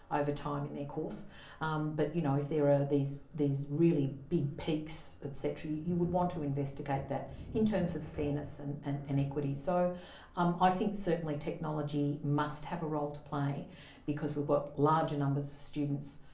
over time in their course but, you know, if there are these these really big peaks, etc, you would want to investigate that in terms of fairness and and equity. so um i think certainly technology must have a role to play because we've got larger numbers of students,